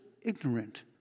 ignorant